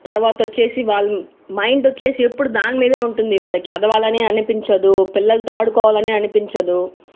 తర్వాత వచ్చేసి వాళ్ళ మైండ్ వచ్చేసి ఎప్పుడు దాని మీదే ఉంటుంది వాళ్ళకి చదవాలి అని అనిపించదు పిల్లలతో ఆడుకోవాలనిపించదు